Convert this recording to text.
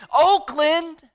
Oakland